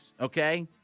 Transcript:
okay